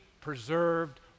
preserved